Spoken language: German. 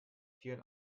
vielen